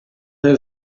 her